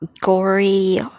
gory